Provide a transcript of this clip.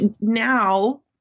now